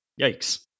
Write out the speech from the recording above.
yikes